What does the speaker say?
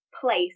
place